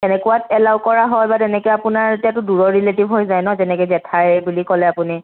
এনেকুৱাত এলাউ কৰা হয় বাট এনেকুৱা আপোনাৰ এতিয়াতো দূৰৰ ৰিলেটিভ হৈ যায় ন যেনেকে জেঠাই বুলি ক'লে আপুনি